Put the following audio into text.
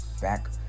back